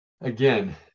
again